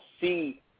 see